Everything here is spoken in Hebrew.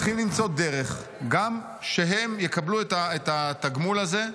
צריכים למצוא דרך שגם הם יקבלו את התגמול הזה.